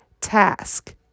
task